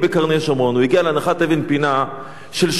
הוא הגיע להנחת אבן פינה של שכונה שיש